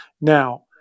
now